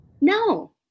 no